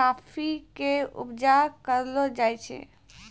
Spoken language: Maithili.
काफी के उपजा करलो जाय छै